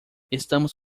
estamos